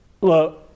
look